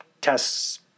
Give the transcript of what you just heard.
tests